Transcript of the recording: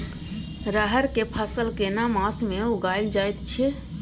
रहर के फसल केना मास में उगायल जायत छै?